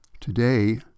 Today